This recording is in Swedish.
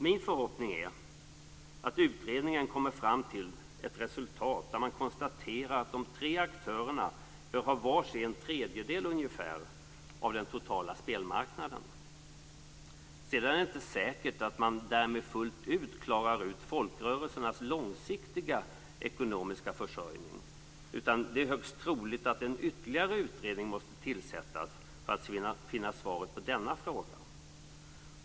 Min förhoppning är att utredningen kommer till ett resultat där man konstaterar att de tre aktörerna bör ha ungefär var sin tredjedel av den totala spelmarknaden. Sedan är det inte säkert att man därmed fullt ut klarar ut folkrörelsernas långsiktiga ekonomiska försörjning, utan det är högst troligt att ytterligare en utredning måste tillsättas för att finna svaret på denna fråga.